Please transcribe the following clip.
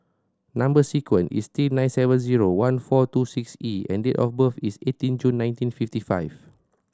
number sequence is T nine seven zero one four two six E and date of birth is eighteen June nineteen fifty five